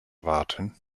warten